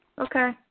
Okay